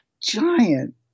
giant